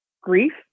grief